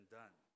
done